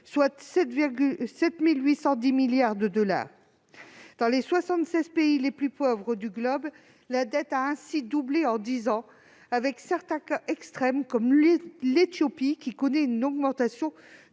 soit 7 810 milliards de dollars. Dans les 76 pays les plus pauvres du globe, la dette a ainsi doublé en dix ans, avec certains cas extrêmes comme l'Éthiopie, qui connaît une augmentation